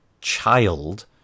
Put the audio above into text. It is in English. child